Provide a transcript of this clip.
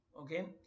okay